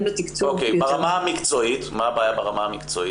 בתקצוב --- מה הבעיה ברמה המקצועית?